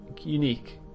unique